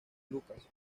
lucas